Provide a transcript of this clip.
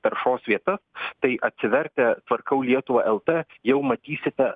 taršos vieta tai atsivertę tvarkau lietuvą lt jau matysite